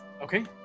Okay